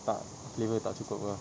tak flavour tak cukup ke